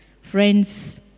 Friends